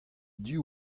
div